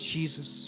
Jesus